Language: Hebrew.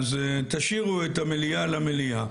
אז תשאירו את המליאה למליאה,